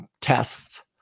tests